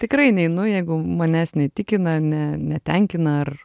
tikrai neinu jeigu manęs neįtikina ne netenkina ar